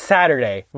Saturday